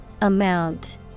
Amount